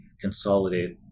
consolidate